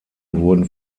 wurden